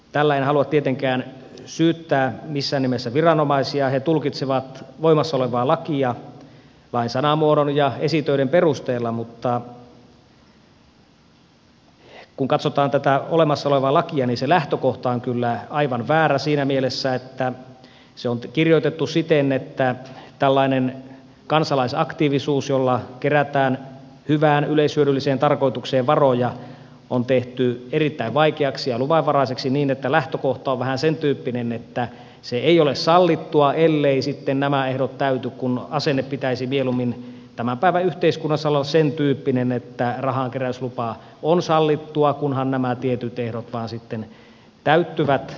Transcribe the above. tällä en halua tietenkään missään nimessä syyttää viranomaisia he tulkitsevat voimassa olevaa lakia lain sanamuodon ja esitöiden perusteella mutta kun katsotaan tätä olemassa olevaa lakia niin se lähtökohta on kyllä aivan väärä siinä mielessä että se on kirjoitettu siten että tällainen kansalaisaktiivisuus jolla kerätään hyvään yleishyödylliseen tarkoitukseen varoja on tehty erittäin vaikeaksi ja luvanvaraiseksi niin että lähtökohta on vähän sentyyppinen että se ei ole sallittua elleivät sitten nämä ehdot täyty kun asenteen pitäisi mieluummin tämän päivän yhteiskunnassa olla sentyyppinen että rahankeräys on sallittua kunhan nämä tietyt ehdot vain sitten täyttyvät